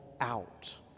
out